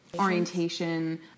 orientation